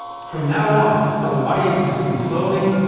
from now on, though audiences grew slowly,